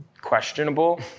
questionable